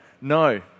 No